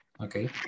Okay